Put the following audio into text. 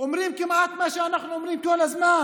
אומרים כמעט מה שאנחנו אומרים כל הזמן.